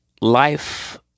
life